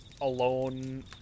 alone